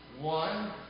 One